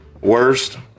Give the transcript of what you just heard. Worst